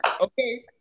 okay